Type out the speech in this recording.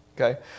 Okay